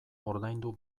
ordaindu